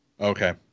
Okay